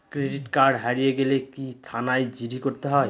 Credit card হারিয়ে গেলে কি থানায় জি.ডি করতে হয়?